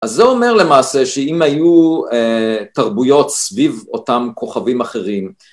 אז, זה אומר למעשה שאם היו תרבויות סביב אותם כוכבים אחרים...